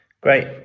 Great